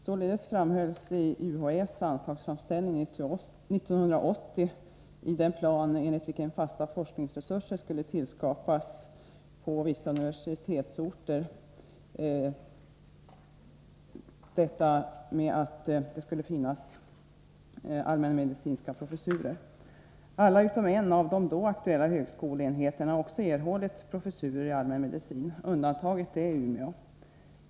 Således framhölls i UHÄ:s anslagsframställning 1980 — i den plan enligt vilken fasta forskningsresurser skulle tillskapas på vissa universitetsorter under den närmaste femårsperioden — nödvändigheten av allmänmedicinska professurer. Alla utom en av de då aktuella högskoleenheterna har också erhållit professurer i allmänmedicin — undantaget är Umeå.